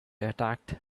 attacked